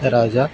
രാജ